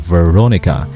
Veronica